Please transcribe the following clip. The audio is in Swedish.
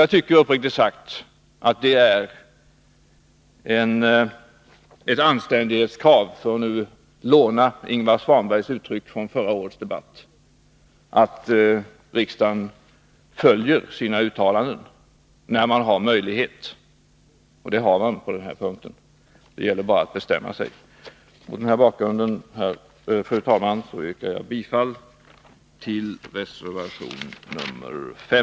Jag tycker uppriktigt sagt att det är ett anständighetskrav — för att nu låna Ingvar Svanbergs uttryck från förra årets debatt — att riksdagen följer sina uttalanden när den har möjlighet. Det har riksdagen på denna punkt. Det gäller bara att bestämma sig. Mot denna bakgrund, herr talman, yrkar jag bifall också till reservation nr 5.